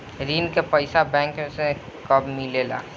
ऋण के पइसा बैंक मे कब मिले ला?